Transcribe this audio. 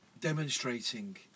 demonstrating